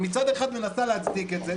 את מצד אחד מנסה להצדיק את זה,